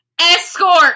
ESCORT